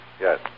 Yes